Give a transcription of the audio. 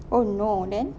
oh no then